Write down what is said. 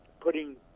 putting